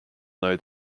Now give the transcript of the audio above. know